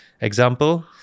example